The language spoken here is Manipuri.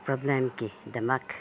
ꯄ꯭ꯔꯣꯕ꯭ꯂꯦꯝꯒꯤꯗꯃꯛ